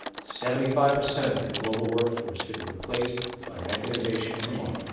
seventy five percent of the global workforce could be replaced by mechanization tomorrow.